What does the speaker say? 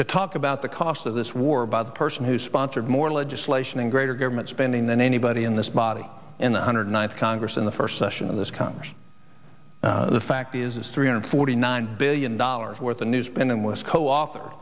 to talk about the cost of this war by the person who sponsored more legislation and greater government spending than anybody in this body and one hundred ninth congress in the first session of this congress the fact is is three hundred forty nine billion dollars worth of news pending was co